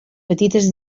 petites